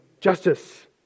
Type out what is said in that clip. justice